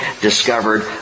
discovered